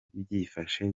byifashe